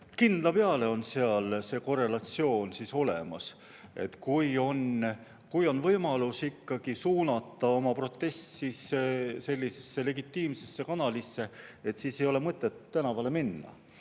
Kindla peale on seal see korrelatsioon olemas. Kui on võimalus ikkagi suunata oma protest legitiimsesse kanalisse, siis ei ole mõtet tänavale minna,